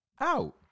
out